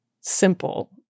simple